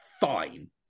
fine